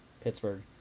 Pittsburgh